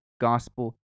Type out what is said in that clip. gospel